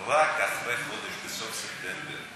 רק בסוף ספטמבר.